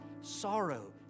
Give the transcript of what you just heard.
sorrow